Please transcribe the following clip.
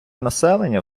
населення